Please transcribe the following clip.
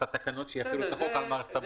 את התקנות שיחילו את החוק על מערכת הבריאות.